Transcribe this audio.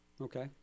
Okay